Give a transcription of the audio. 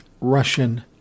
Russian